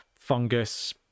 fungus